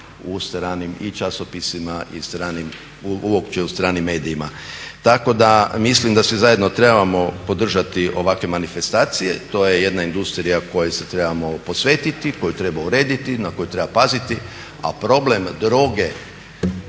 u stranim i časopisima i uopće u stranim medijima. tako da mislim da svi zajedno trebamo podržati ovakve manifestacije, to je jedna industrija kojoj se trebamo posvetiti, koju treba urediti, na koju treba paziti. A problem droge